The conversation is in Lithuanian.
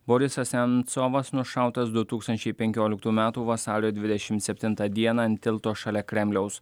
borisas nemcovas nušautas du tūkstančiai penkioliktų metų vasario dvidešimt septintą dieną ant tilto šalia kremliaus